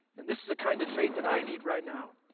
and this is the kind of faith that i need right now.